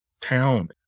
town